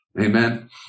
Amen